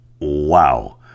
Wow